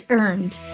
earned